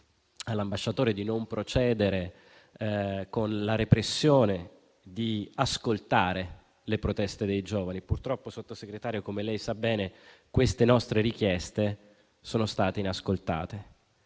all'ambasciatore di non procedere con la repressione e di ascoltare le proteste dei giovani. Purtroppo, signor Sottosegretario, come lei sa bene, queste nostre richieste sono state inascoltate.